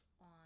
on